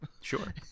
Sure